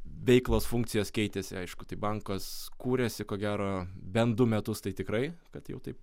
veiklos funkcijos keitėsi aišku tai bankas kūrėsi ko gero bent du metus tai tikrai kad jau taip